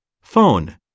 Phone